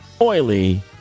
oily